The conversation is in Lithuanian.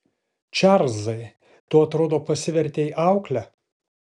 čarlzai tu atrodo pasivertei aukle